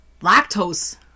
lactose